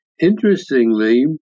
Interestingly